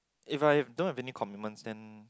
if I don't have any commitments then